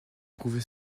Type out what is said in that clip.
pouvait